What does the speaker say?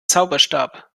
zauberstab